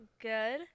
Good